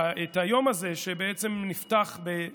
את היום הזה, שבעצם נפתח, באמת,